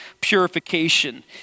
purification